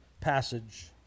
passage